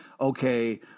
okay